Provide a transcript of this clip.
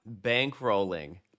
bankrolling